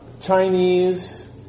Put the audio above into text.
Chinese